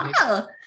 wow